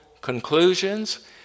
conclusions